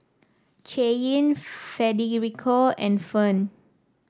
Cheyenne Federico and Ferne